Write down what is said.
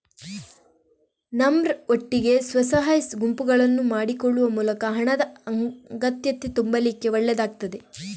ನರ್ಮ್ ಒಟ್ಟಿಗೆ ಸ್ವ ಸಹಾಯ ಗುಂಪುಗಳನ್ನ ಮಾಡಿಕೊಳ್ಳುವ ಮೂಲಕ ಹಣದ ಅಗತ್ಯತೆ ತುಂಬಲಿಕ್ಕೆ ಒಳ್ಳೇದಾಗ್ತದೆ